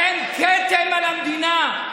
אתם כתם על המדינה.